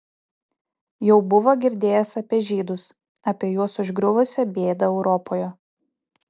jau buvo girdėjęs apie žydus apie juos užgriuvusią bėdą europoje